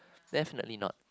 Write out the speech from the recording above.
definitely not